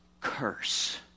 curse